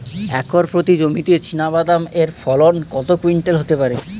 Acre প্রতি জমিতে চীনাবাদাম এর ফলন কত কুইন্টাল হতে পারে?